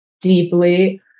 deeply